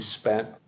spent